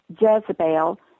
Jezebel